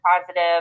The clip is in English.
positive